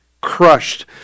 crushed